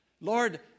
Lord